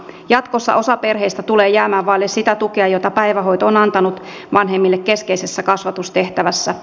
jatkossa osa perheistä tulee jäämään vaille sitä tukea jota päivähoito on antanut vanhemmille keskeisessä kasvatustehtävässä